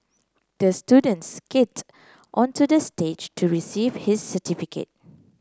the student skated onto the stage to receive his certificate